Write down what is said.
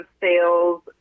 sales